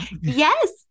Yes